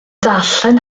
darllen